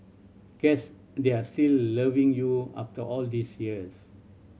guess they are still loving you after all these years